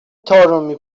طارمی